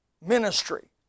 ministry